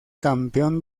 campeón